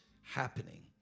happening